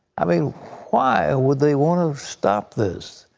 i mean why would they want to stop this?